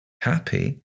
Happy